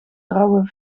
rauwe